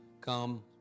come